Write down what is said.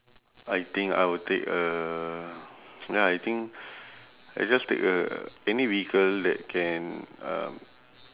I think I will take a then I think I just take a any vehicle that can um